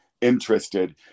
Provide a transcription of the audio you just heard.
interested